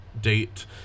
date